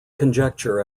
conjecture